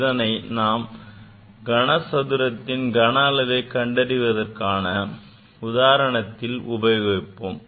இதனை நாம் கனசதுரத்தின் கன அளவை கண்டறிவதற்கான உதாரணத்தில் உபயோகிப்போம்